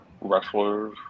wrestlers